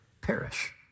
perish